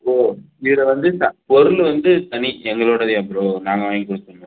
ஓ இதில் வந்து த பொருள் வந்து தனி எங்களுடையதா ப்ரோ நாங்கள் வாங்கிக் கொடுக்கணுமா